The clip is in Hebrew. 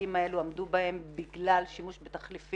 שהפגים האלה עמדו בהם בגלל שימוש בתחליפים.